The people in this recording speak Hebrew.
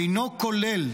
אינו כולל,